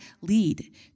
lead